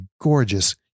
gorgeous